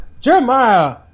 Jeremiah